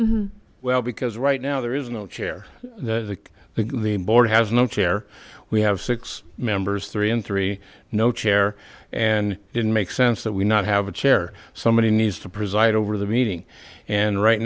hmm well because right now there is no chair there's a the board has no chair we have six members three and three no chair and didn't make sense that we not have a chair somebody needs to preside over the meeting and right